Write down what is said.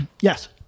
Yes